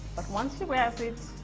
but once she wears it